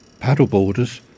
Paddleboarders